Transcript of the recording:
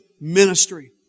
ministry